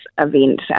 event